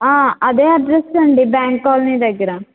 అదే అడ్రస్ అండి bank colony దగ్గర